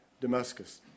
Damascus